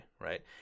right